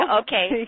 okay